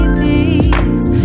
peace